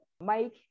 Mike